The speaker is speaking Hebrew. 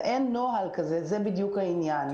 אין נוהל כזה, זה בדיוק העניין.